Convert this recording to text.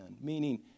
meaning